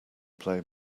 play